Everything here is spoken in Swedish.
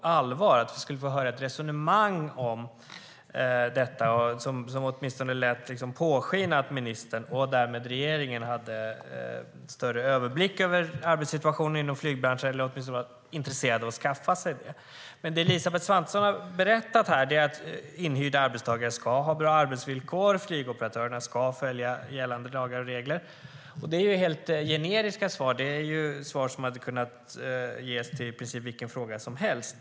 Jag hade hoppats att vi skulle få höra ett resonemang om detta som åtminstone lät påskina att ministern och därmed regeringen hade större överblick över arbetssituationen inom flygbranschen eller åtminstone var intresserade av att skaffa sig det. Men det Elisabeth Svantesson har berättat är att inhyrda arbetstagare ska ha bra arbetsvillkor. Flygoperatörerna ska följa gällande lagar och regler. Det är helt generiska svar. Det är svar som i princip hade kunnat ges på vilken fråga som helst.